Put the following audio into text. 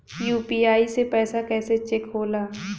UPI से पैसा कैसे चेक होला?